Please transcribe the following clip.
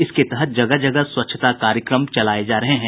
इसके तहत जगह जगह स्वच्छता कार्यक्रम चलाये जा रहे हैं